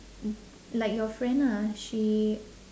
like your friend ah she